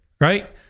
Right